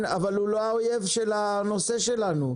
אבל הוא לא האויב של הנושא שלנו.